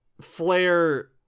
Flair